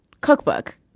cookbook